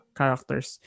characters